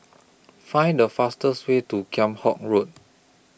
Find The fastest Way to Kheam Hock Road